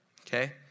Okay